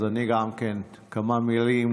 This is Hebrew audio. אגיד כמה מילים